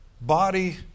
Body